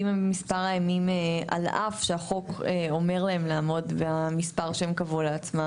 במספר הימים על אף מה שהחוק אומר להם לעמוד ומספר הימים שהם קבעו לעצמם,